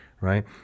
right